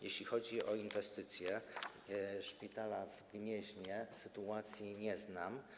Jeśli chodzi o inwestycje w szpitalu w Gnieźnie, sytuacji nie znam.